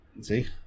See